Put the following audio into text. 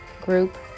group